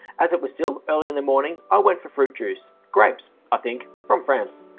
as it was still early in the morning i went for fruit juice, grapes, i think from france.